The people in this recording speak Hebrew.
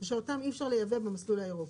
שאותם אי אפשר לייבא במסלול האירופי.